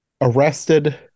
arrested